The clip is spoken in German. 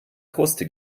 kruste